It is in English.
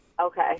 Okay